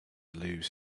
lose